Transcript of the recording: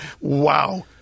Wow